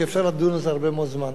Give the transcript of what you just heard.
כי אפשר לדון על זה הרבה מאוד זמן: